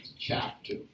chapter